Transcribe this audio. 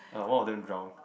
like one of them drowned